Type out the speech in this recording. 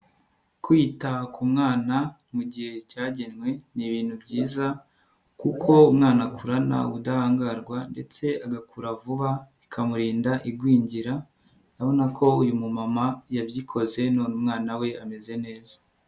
Kwita ku mwana mu gihe cyagenwe ni ibintu byiza kuko umwana akurana budahangarwa ndetse agakura vuba, bikamurinda igwingira urabona ko uyu muma yabikoze none umwana we ameze neza.